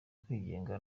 kwigenga